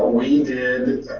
we did